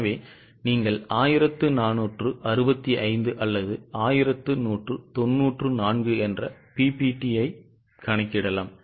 எனவே நீங்கள் 1465 அல்லது 1194 என்ற PBT ஐ கணக்கிடலாம்